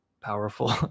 powerful